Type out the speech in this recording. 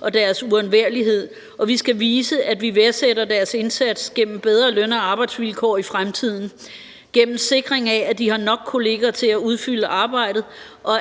og deres uundværlighed, og vi skal vise, at vi værdsætter deres indsats gennem bedre løn- og arbejdsvilkår i fremtiden, gennem sikring af, at de har nok kollegaer til at udføre arbejdet og